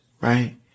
Right